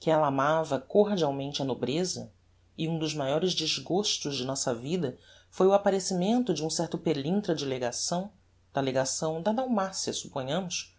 que ella amava cordialmente a nobreza e um dos maiores desgostos de nossa vida foi o apparecimento de um certo pelintra de legação da legação da dalmacia supponhamos